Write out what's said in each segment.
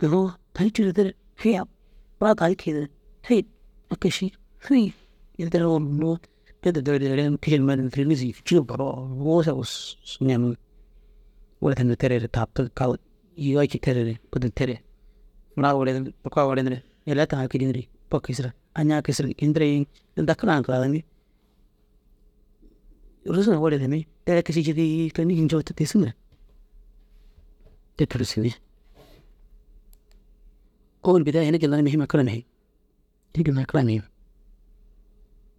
Aã tan cûro dere, kii furaa tan kiinire a ke ši, hêi ini tira niŋiroo hinnoo te de deere neere kiši numar ini tira nîsi ncii cî boo wunusu ai bussu ñaŋiŋ. Wurde numa terere taabtiŋ, agu yiga cî terere ôdu ni terere furaa werenirig, orka werenirig, yaliya taŋaa kîrinirig, ba kisirig, añaa kisirig, ini tira yiŋ. Inta kira na karanimmi, rôza na werenimmi, deere kiši šii ke nîsi ncoo te tigisigire? Te tigsinni, kôoli ginnar ini ginnar mihima kara mihim, ini ginnar kara mihim,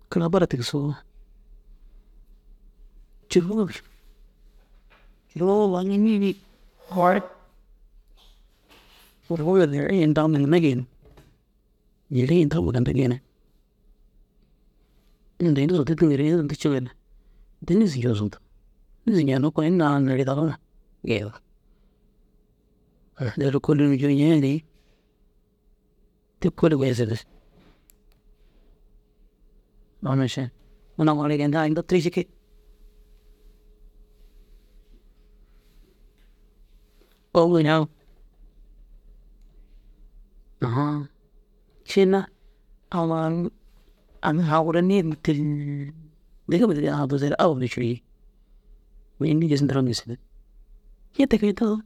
karar bara tigisoo, cûronuŋo neere ini daguma ginna geeniŋ, ini daguma ginna geeniŋ. Ille ini zuntu ciiŋare ini zuntu ciiŋare der nîsi ncoo zuntu. Nîsi njenne koono ini naana neere daguma geeniŋ. Agu neere kûlli cûro cûroniŋ ni, te kôoli Unnu amma ara ini geentigaa ginna duturii jikii. Au inaa ahan ciina amma ara unnu am saga guru niir têi digi mar tuzuere abama cûroyiŋ. Mire înni gis ntoo na gisinni. Ña te geentiŋaa?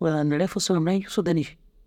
Wurdaa neere i fussumme walla, mura i njufusutira ni ši?